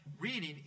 reading